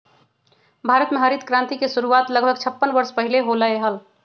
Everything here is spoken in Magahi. भारत में हरित क्रांति के शुरुआत लगभग छप्पन वर्ष पहीले होलय हल